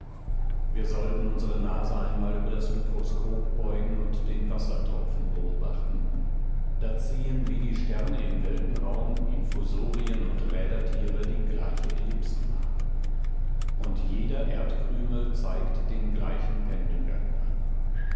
wir sollten unsere nase einmal über das mikroskop beugen und den wassertropfen beobachten da ziehen wie die sterne im weltenraum infusorien und rädertiere die gleiche ellipsenbahn und jeder erdkrümel zeigt den gleichen pendelgang an